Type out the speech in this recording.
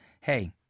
hey